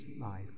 life